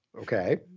Okay